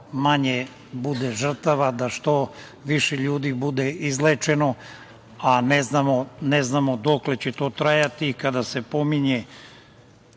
manje bude žrtava, da što više ljudi bude izlečeno, a ne znamo dokle će to trajati. Kada se pominje